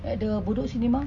at the bedok cinema